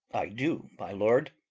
i do, my lord.